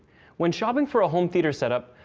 when shopping for a home theatre setup,